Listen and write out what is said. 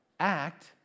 act